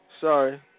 sorry